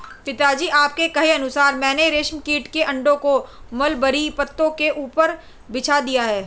पिताजी आपके कहे अनुसार मैंने रेशम कीट के अंडों को मलबरी पत्तों के ऊपर बिछा दिया है